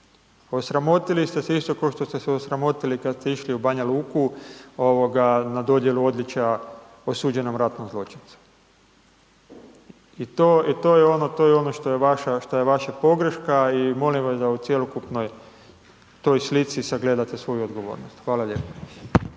Osramotili ste se isto košto ste se osramotili kad ste išli u Banja Luku na dodjelu odličja osuđenom ratnom zločincu i to je ono što je vaša pogreška i molim vas da o cjelokupnoj toj slici sagledate svoju odgovornost. Hvala lijepo.